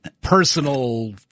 Personal